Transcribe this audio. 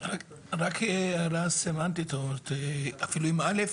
רק הערה סמנטית או אפילו עם א'.